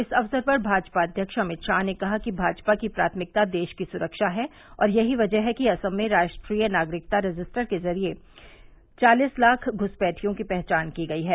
इस अवसर पर भाजपा अध्यक्ष अभित शाह ने कहा कि भाजपा की प्राथमिकता देश की सुरक्षा है और यही वजह है कि असम में राष्ट्रीय नागरिकता रजिस्टर के जरिए चालिस लाख घ्सपैठियों की पहचान की गई है